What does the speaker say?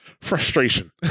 frustration